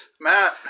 Matt